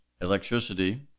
electricity